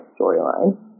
storyline